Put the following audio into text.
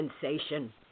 sensation